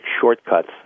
shortcuts